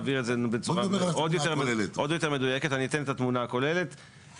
והנוהל הזמני שממשיך לחול באותה תקופה